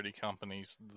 companies